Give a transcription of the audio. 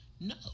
No